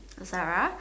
Mascara